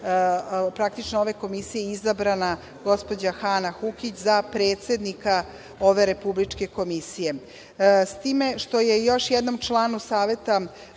članova ove Komisije izabrana gospođa Hana Hukić, za predsednika ove Republičke komisije.S time što je još jednom članu Saveta,